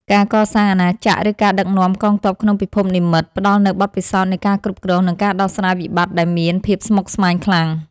ការកសាងអាណាចក្រឬការដឹកនាំកងទ័ពក្នុងពិភពនិម្មិតផ្តល់នូវបទពិសោធន៍នៃការគ្រប់គ្រងនិងការដោះស្រាយវិបត្តិដែលមានភាពស្មុគស្មាញខ្លាំង។